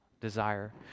desire